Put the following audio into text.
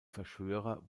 verschwörer